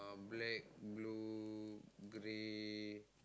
uh black blue grey